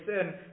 sin